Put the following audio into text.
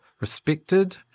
respected